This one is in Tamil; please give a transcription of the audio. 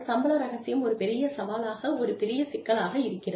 சம்பள ரகசியம் ஒரு பெரிய சவாலாக ஒரு பெரிய சிக்கலாக இருக்கிறது